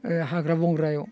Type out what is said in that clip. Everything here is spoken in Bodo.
ओइ हाग्रा बंग्रायाव